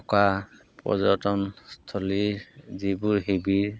থকা পৰ্যটনস্থলীৰ যিবোৰ শিবিৰ